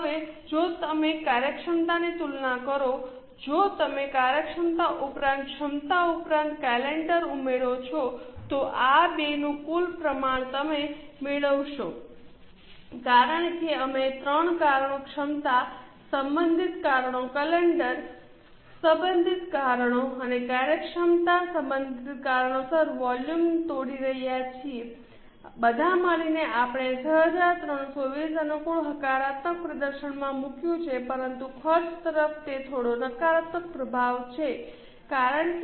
હવે જો તમે કાર્યક્ષમતાની તુલના કરો જો તમે કાર્યક્ષમતા ઉપરાંત ક્ષમતા ઉપરાંત કલેન્ડર ઉમેરો છો તો આ 2 નું કુલ પ્રમાણ તમે મેળવશો કારણ કે અમે 3 કારણો ક્ષમતા સંબંધિત કારણો કલેન્ડર સંબંધિત કારણો અને કાર્યક્ષમતા સંબંધિત કારણોસર વોલ્યુમ તોડી રહ્યા છીએ બધા મળીને આપણે 6320 અનુકૂળ હકારાત્મક પ્રદર્શનમાં મૂક્યું છે પરંતુ ખર્ચ તરફ તે થોડો નકારાત્મક પ્રભાવ છે કારણ કે આપણે 8000 વધુ ખર્ચ કર્યા છે